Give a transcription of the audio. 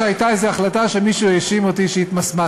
היה ונגמר, יש המשאב הציבורי, הכסף.